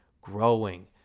growing